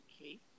Okay